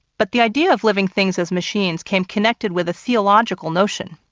but the idea of living things as machines came connected with a theological notion,